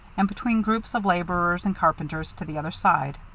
and between groups of laborers and carpenters, to the other side.